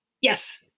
Yes